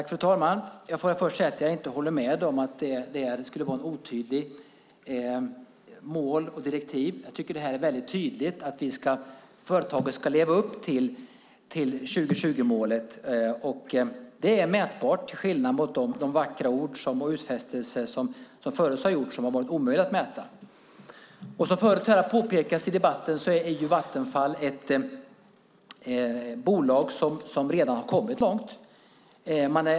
Fru talman! Jag håller inte med om att det skulle vara ett otydligt mål och direktiv. Jag tycker att det är väldigt tydligt: Företaget ska leva upp till 2020-målet. Det är mätbart, till skillnad mot de vackra ord och utfästelser som förut har gjorts. De har varit omöjliga att mäta. Som har påpekats tidigare i debatten är Vattenfall ett bolag som redan har kommit långt.